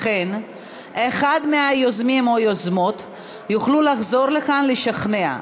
לכן אחד מהיוזמים או היוזמות יוכלו לחזור לכאן לשכנע.